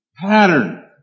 Pattern